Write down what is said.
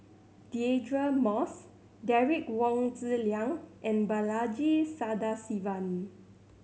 Deirdre Moss Derek Wong Zi Liang and Balaji Sadasivan